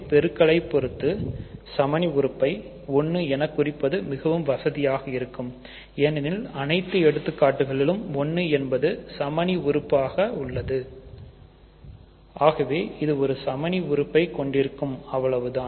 பெருக்கலை பொறுத்து சமணிஉறுப்பை 1 எனகுறிப்பது மிகவும் வசதியாக இருக்கும் ஏனெனில் அனைத்து எடுத்துக்காட்டுகளும் 1 என்பது நமக்கு சமணி உறுப்பாக உள்ளது இது ஒருசமணி உறுப்பை கொண்டிருக்கும் அவ்வளவுதான்